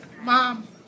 Mom